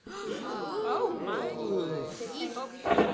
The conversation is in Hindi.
ji sir oh okay thank you